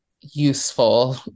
useful